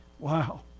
Wow